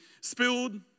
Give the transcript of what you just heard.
spilled